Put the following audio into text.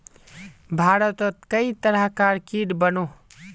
भारतोत कई तरह कार कीट बनोह